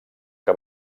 que